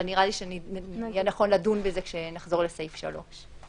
אבל נראה לי שיהיה נכון לדון בזה כשנחזור לסעיף (3).